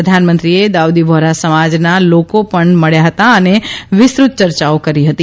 પ્રધાનમંત્રીને દાઉદીવોરા સમાજના લોકો પણ મળ્યા હતા અને વિસ્તૃત યર્યાઓ કરી હતી